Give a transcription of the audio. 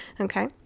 okay